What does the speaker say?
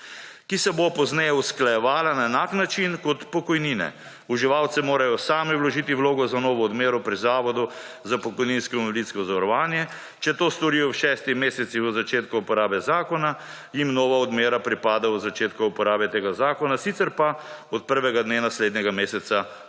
ki se bo pozneje usklajevala na enak način kot pokojnine. Uživalci morajo sami vložiti vlogo za novo odmero pri Zavodu za pokojninsko in invalidsko zavarovanje. Če to storijo v šestih mesecih od začetka uporabe zakona, jim nova odmera pripada od začetka uporabe tega zakona, sicer pa od prvega dne naslednjega meseca po